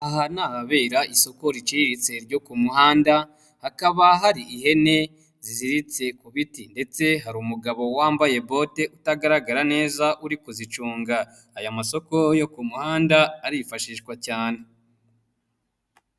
Aha ni ahabera isoko riciriritse ryo ku muhanda, hakaba hari ihene ziziritse ku biti ndetse hari umugabo wambaye bote utagaragara neza uri kuzicunga. Aya masoko yo ku muhanda arifashishwa cyane.